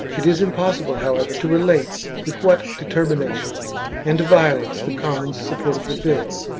it is impossible, however, to relate with what determina tion and violence the commons supported the bill,